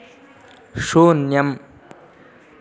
शून्यम्